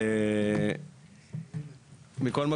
מכל מקום,